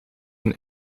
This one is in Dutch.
een